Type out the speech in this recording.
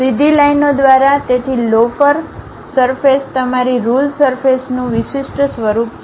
સીધી લાઈનઓ દ્વારા તેથી લોફર સરફેસ તમારી રુલ સરફેસ નું વિશિષ્ટ સ્વરૂપ છે